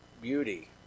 beauty